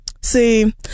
See